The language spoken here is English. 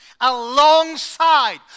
alongside